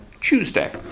Tuesday